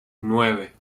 nueve